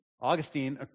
Augustine